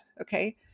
Okay